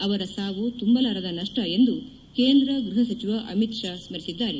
ಅವರ ಸಾವು ತುಂಬಲಾರದ ನಷ್ನ ಎಂದು ಕೇಂದ್ರ ಗ್ಬಹ ಸಚಿವ ಅಮಿತ್ ಶಾ ಸ್ಮರಿಸಿದ್ದಾರೆ